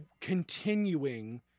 continuing